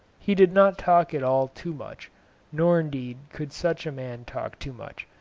he did not talk at all too much nor indeed could such a man talk too much,